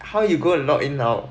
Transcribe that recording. how you go and log in now